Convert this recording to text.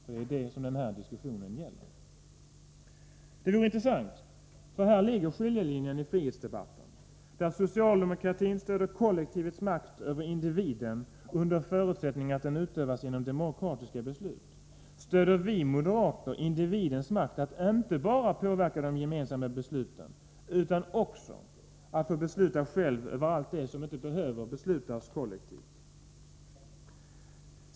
Det vore intressant att få detta klarlagt, för här går skiljelinjen i frihetsdebatten. Där socialdemokratin stöder kollektivets makt över individen, under förutsättning att den utövas genom demokratiska beslut, stöder vi moderater individens makt att inte bara påverka de gemensamma besluten utan också att själv besluta om allt sådant som inte behöver beslutas kollektivt.